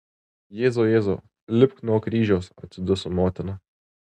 jėzau jėzau lipk nuo kryžiaus atsiduso motina